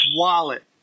wallet